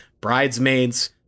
Bridesmaids